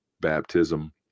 baptism